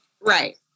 Right